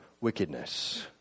wickedness